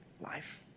life